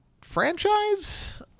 franchise